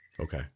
Okay